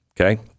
Okay